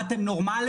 מה אתם נורמלים?